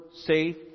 safe